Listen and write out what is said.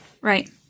right